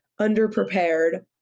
underprepared